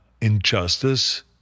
injustice